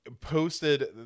posted